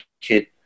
kit